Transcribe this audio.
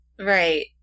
right